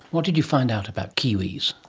what did you find out about kiwis?